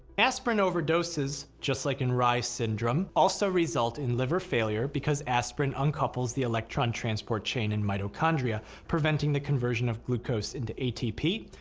aspirin overdoses, just like in reye's syndrome also result in liver failure because aspirin uncouples the electron transport chain in mitochondria, preventing conversion of glucose into atp,